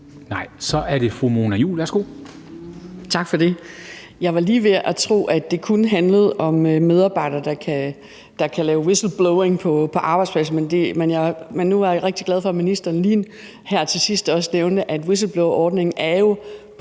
Kl. 20:44 Mona Juul (KF): Tak for det. Jeg var lige ved at tro, at det kun handlede om medarbejdere, der kan lave whistleblowing på arbejdspladsen, men nu er jeg rigtig glad for, at ministeren lige her til sidst også nævnte, at whistleblowerordningen jo